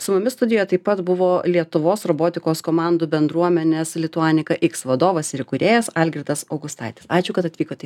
su mumis studijoje taip pat buvo lietuvos robotikos komandų bendruomenės lituanika iks vadovas ir įkūrėjas algirdas augustaitis ačiū kad atvykote